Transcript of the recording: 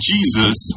Jesus